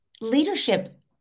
leadership